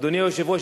אדוני היושב-ראש,